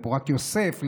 לפורת יוסף,